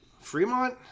Fremont